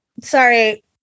Sorry